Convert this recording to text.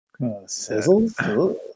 Sizzles